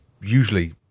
usually